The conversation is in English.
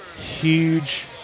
huge